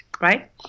Right